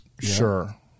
sure